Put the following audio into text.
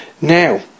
Now